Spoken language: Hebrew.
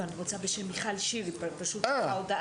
לא, אני רוצה בשם מיכל שיר, היא פשוט שלחה הודעה.